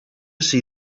see